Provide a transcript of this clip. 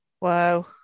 Wow